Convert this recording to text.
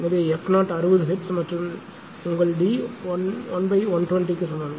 எனவே f 0 60 hertz மற்றும் உங்கள் டி 1120 க்கு சமம்